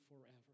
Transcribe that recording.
forever